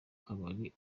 kabari